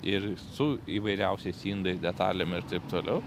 ir su įvairiausiais indais detalėm ir taip toliau